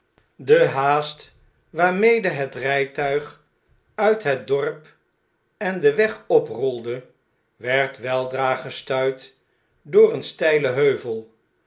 de haast waarmede het rijtuig uit het dorp en den weg op rolde werd weldra gestuit door een steilen heuvel